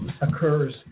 occurs